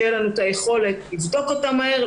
שתהיה לנו יכולת לבדוק אותם מהר,